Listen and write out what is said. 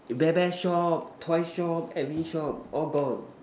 bear bear shop toy shop every shop all gone